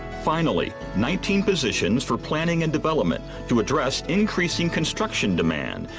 finally, nineteen positions for planning and development to address increasing construction demand,